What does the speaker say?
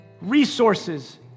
resources